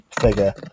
figure